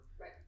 Right